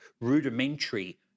rudimentary